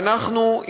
ואנחנו,